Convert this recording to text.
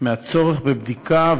מהצורך בבדיקה,